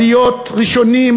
עליות ראשונים,